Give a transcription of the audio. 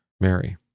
Mary